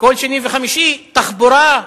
כל שני וחמישי תחבורה,